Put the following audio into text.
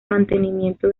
mantenimiento